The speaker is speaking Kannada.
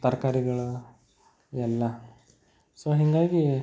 ತರಕಾರಿಗಳು ಎಲ್ಲ ಸೊ ಹೀಗಾಗಿ